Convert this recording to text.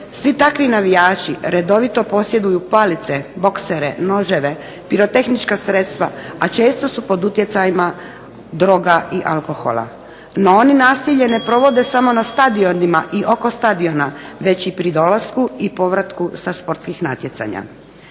Svi takvi navijači redovito posjeduju palice, boksere, noževe, pirotehnička sredstva, a često su pod utjecajima droga i alkohola. No, oni nasilje ne provode samo na stadionima i oko stadiona već i pri dolasku i povratku sa športskih natjecanja.